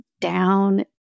down